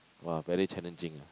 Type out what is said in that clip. !wah! very challenging eh